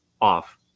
off